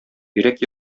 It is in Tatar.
йөрәк